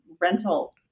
rental